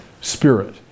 spirit